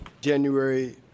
January